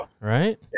Right